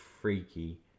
freaky